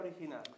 original